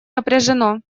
напряжено